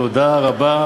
תודה רבה.